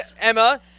Emma